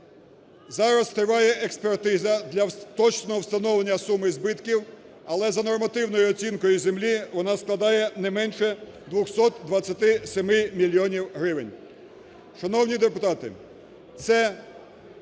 Зараз триває експертиза для точного встановлення суми збитків, але за нормативною оцінкою землі вона складає не менше 227 мільйонів гривень. Шановні депутати, це